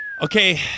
Okay